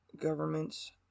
government's